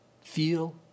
feel